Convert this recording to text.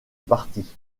parti